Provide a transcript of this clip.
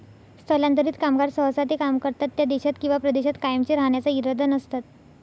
स्थलांतरित कामगार सहसा ते काम करतात त्या देशात किंवा प्रदेशात कायमचे राहण्याचा इरादा नसतात